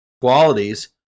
qualities